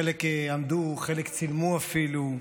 חלק עמדו, חלק צילמו אפילו,